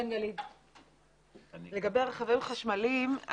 לגבי רכבים חשמליים.